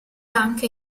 anche